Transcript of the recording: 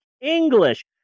English